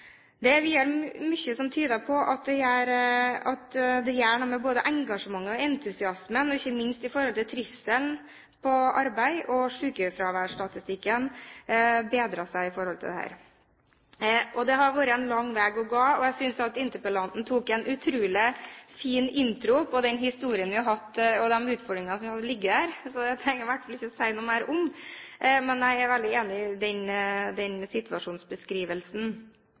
Det er videre mye som tyder på at det gjør noe med både engasjement og entusiasme, og ikke minst med trivselen på arbeid, og sykefraværsstatistikken bedrer seg. Det har vært en lang vei å gå, og jeg synes at interpellanten tok en utrolig fin intro på den historien vi har hatt, og de utfordringene som ligger der, så det trenger jeg i hvert fall ikke å si noe mer om. Men jeg er veldig enig i den situasjonsbeskrivelsen.